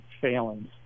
failings